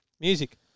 Music